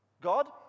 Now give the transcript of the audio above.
God